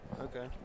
Okay